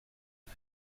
are